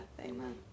Amen